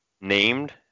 named